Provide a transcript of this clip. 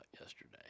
yesterday